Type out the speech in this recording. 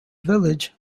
village